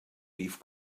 leaf